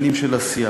שנים של עשייה.